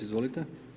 Izvolite.